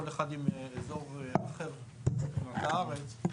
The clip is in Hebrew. כל אחד עם אזור אחר בארץ.